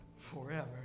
Forever